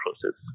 process